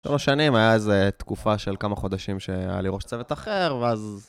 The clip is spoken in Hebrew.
3 שנים, הייתה איזה תקופה של כמה חודשים שהיה לי ראש צוות אחר, ואז...